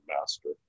master